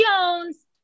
Jones